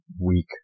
week